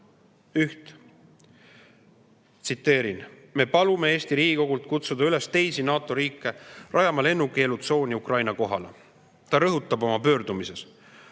üht (tsiteerin): "Me palume Eesti Riigikogult kutsuda üles teisi NATO riike rajama lennukeelutsooni Ukraina kohale." Ta rõhutab oma pöördumises: